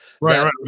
Right